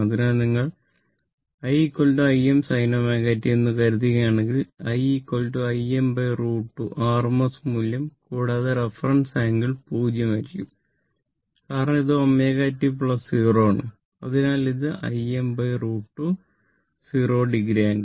അതിനാൽ നിങ്ങൾ i Im sin t എന്ന് കരുതുകയാണെങ്കിൽ I Im √ 2 rms മൂല്യം കൂടാതെ റഫറൻസ് ആംഗിൾ 0 ആയിരിക്കും കാരണം ഇത് ω t 0 ആണ് അതിനാൽ ഇത് Im √ 2 0 o